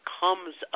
comes